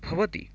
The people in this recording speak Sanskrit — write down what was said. भवति